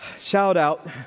shout-out